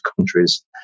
countries